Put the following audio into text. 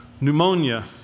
pneumonia